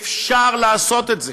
אפשר לעשות את זה,